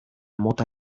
mota